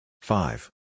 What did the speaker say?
Five